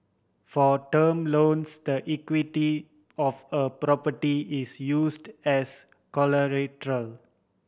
for term loans the equity of a property is used as collateral